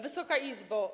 Wysoka Izbo!